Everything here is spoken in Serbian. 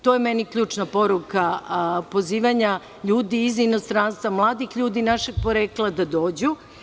To je meni ključna poruka pozivanja ljudi iz inostranstva, mladih ljudi našeg porekla da dođu.